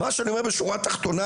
מה שאני אומר בשורה תחתונה,